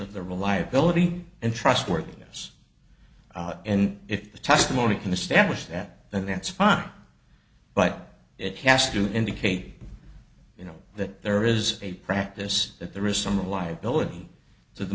of the reliability and trustworthiness and if the testimony can establish that then that's fine but it has to indicate you know that there is a practice that there is some reliability so the